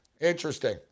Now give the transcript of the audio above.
Interesting